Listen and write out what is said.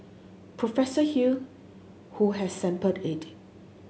Professor Hew who has sampled it